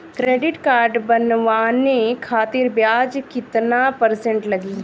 Credit card बनवाने खातिर ब्याज कितना परसेंट लगी?